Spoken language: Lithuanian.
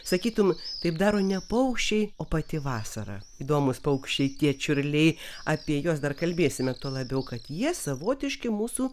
sakytum taip daro ne paukščiai o pati vasara įdomūs paukščiai tie čiurliai apie juos dar kalbėsime tuo labiau kad jie savotiški mūsų